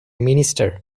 minister